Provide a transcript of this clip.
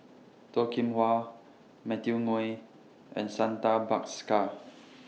Toh Kim Hwa Matthew Ngui and Santha Bhaskar